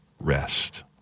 rest